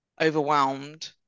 overwhelmed